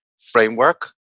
framework